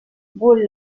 bull